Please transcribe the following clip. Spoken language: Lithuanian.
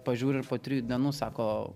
pažiūri ir po trijų dienų sako